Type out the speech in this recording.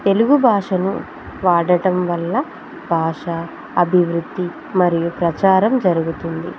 తెలుగు భాషను వాడటం వల్ల భాష అభివృద్ధి మరియు ప్రచారం జరుగుతుంది